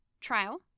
trial